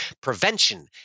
Prevention